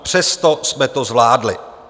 Přesto jsme to zvládli.